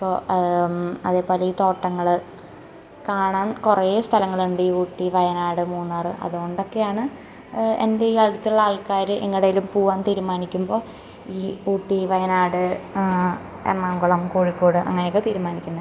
അപ്പോൾ അതേപോലെ ഈ തോട്ടങ്ങൾ കാണാൻ കുറെ സ്ഥലങ്ങളുണ്ട് ഈ ഊട്ടി വയനാട് മൂന്നാറ് അതോണ്ടൊക്കെയാണ് എൻ്റെ ഈ അടുത്തുള്ള ആൾക്കാർ എങ്ങടേലും പോവാൻ തീരുമാനിക്കുമ്പോൾ ഈ ഊട്ടീ വയനാട് എറണാകുളം കോഴിക്കോട് അങ്ങനക്കെ തീരുമാനിക്കുന്നത്